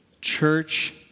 church